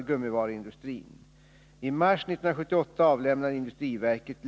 Den senast angivna, ”under år 1980” , kan inte heller den vara aktuell.